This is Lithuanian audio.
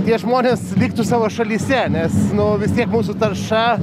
tie žmonės liktų savo šalyse nes vis tiek mūsų tarša